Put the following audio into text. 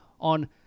on